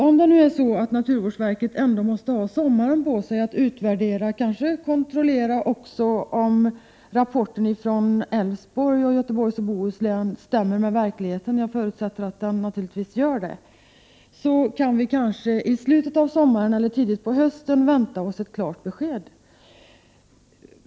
Om det nu är så att naturvårdsverket ändå måste ha sommaren på sig för att utvärdera och kanske också kontrollera om rapporten från Älvsborgs län och Göteborgs och Bohus län stämmer med verkligheten — jag förutsätter naturligtvis att den gör det — så kan vi kanske i slutet av sommaren eller tidigt på hösten vänta oss ett klart besked.